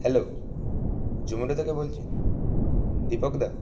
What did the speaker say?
hello Zomato থেকে বলছেন দীপক দা